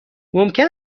ممکن